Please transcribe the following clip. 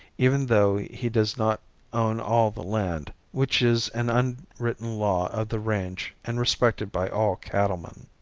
even though he does not own all the land, which is an unwritten law of the range and respected by all cattlemen.